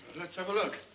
let's have a look.